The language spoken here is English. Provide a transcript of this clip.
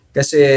kasi